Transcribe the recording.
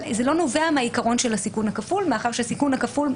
אבל זה לא נובע מהעיקרון של הסיכון הכפול מאחר שהסיכון הכפול,